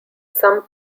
some